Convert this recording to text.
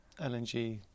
LNG